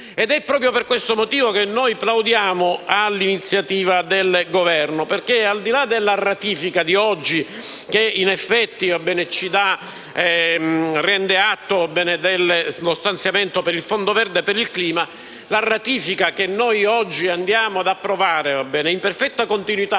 Ed è proprio per questo motivo che noi plaudiamo all'iniziativa del Governo: perché, al di là della ratifica di oggi, che rende atto dello stanziamento del Fondo verde per il clima, la ratifica che andiamo ad approvare in perfetta continuità